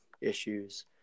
issues